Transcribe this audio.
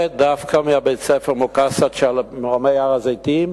דווקא מבית-הספר "מקאסד" שבמרומי הר-הזיתים,